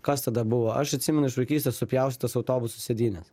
kas tada buvo aš atsimenu iš vaikystės supjaustytas autobusų sėdynes